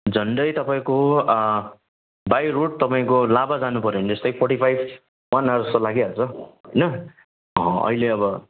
झन्डै तपाईँको by road तपाईँको लाभा जानुपऱ्यो भने यस्तै फोट्टी फाइभ वान आवर जस्तो लागिहाल्छ होइन अहिले अब